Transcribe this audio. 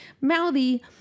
mouthy